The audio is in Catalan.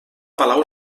palau